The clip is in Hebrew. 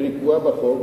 הקבועה בחוק,